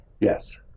Yes